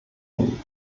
nie